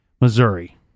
Missouri